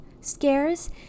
scares